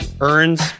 earns